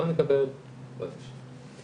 לא נקבל לא נמשיך.